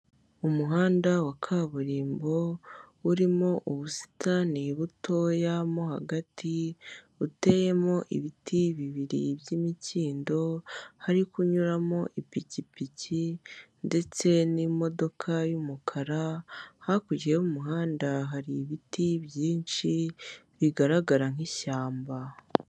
Umuhanda wa kaburimbo urimo ubusitani butoya mo hagati uteyemo ibiti bibiri by'imikindo, hari kunyuramo ipikipiki ndetse n'imodoka y'umukara, hakurya y'umuhanda hari ibiti byinshi bigaragara nk'ishyamba.